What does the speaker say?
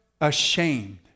ashamed